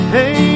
Hey